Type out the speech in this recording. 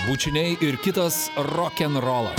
bučiniai ir kitas rokenrolas